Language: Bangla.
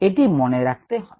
এটি মনে রাখতে হবে